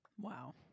Wow